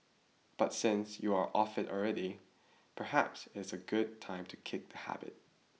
but since you are off it already perhaps it's a good time to kick the habit